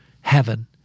heaven